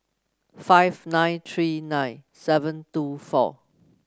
five nine three nine seven two four